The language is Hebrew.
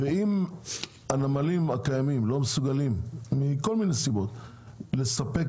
ואם הנמלים הקיימים לא מסוגלים מכל מיני סיבות לספק